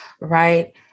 right